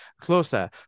closer